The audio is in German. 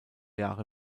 jahre